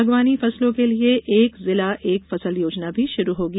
बागवानी फसलों के लिये एक जिला एक फसल योजना भी शुरू होगी